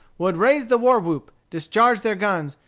would raise the war-whoop, discharge their guns,